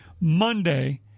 Monday